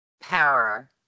power